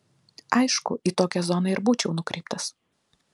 aišku į tokią zoną ir būčiau nukreiptas